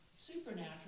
supernatural